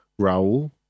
Raul